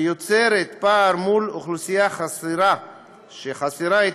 ויוצרת פער מול אוכלוסייה שחסרה את